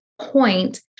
point